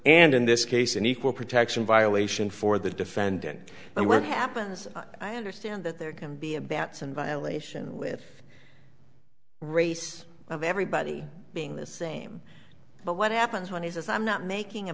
and in this case an equal protection violation for the defendant and what happens i understand that there can be a batson violation with race of everybody being the same but what happens when he says i'm not making a